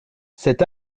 cet